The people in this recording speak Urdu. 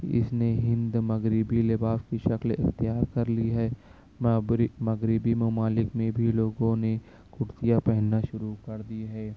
اس نے ہند مغربى لباس کی شکل اختیار كرلى ہے مغربی ممالک میں بھی لوگوں نے کرتیاں پہننا شروع کردی ہے